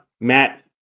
matt